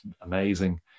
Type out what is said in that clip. amazing